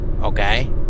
Okay